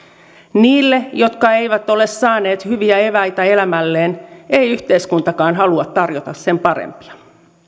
niille jotka eivät ole saaneet hyviä eväitä elämälleen ei yhteiskuntakaan halua tarjota sen parempia